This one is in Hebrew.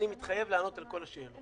אני מתחייב לענות על כל השאלות.